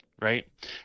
Right